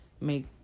make